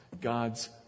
God's